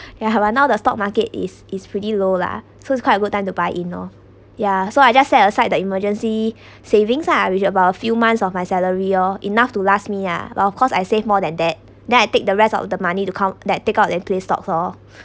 ya but now the stock market is is pretty low lah so it's quite a good time to buy in lor ya so I just set aside the emergency savings lah which about few months of my salary lor enough to last me lah while of course I save more than that then I take the rest of the money to count that take out then play stocks lor